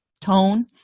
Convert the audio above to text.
tone